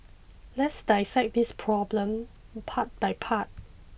let's dissect this problem part by part